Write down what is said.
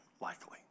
likely